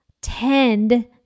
tend